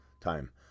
time